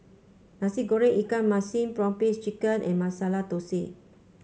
Nasi Goreng Ikan Masin prawn paste chicken and Masala Thosai